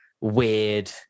weird